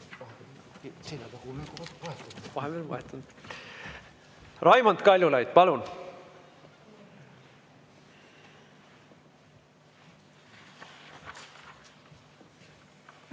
Raimond Kaljulaid, palun!